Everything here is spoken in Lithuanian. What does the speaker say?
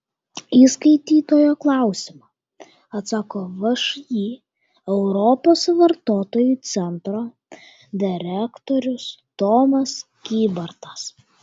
į skaitytojo klausimą atsako všį europos vartotojų centro direktorius tomas kybartas